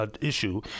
issue